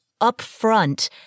upfront